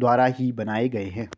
द्वारा ही बनाए गए हैं